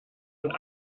und